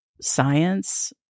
science